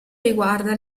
riguarda